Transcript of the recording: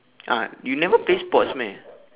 ah you never play sports meh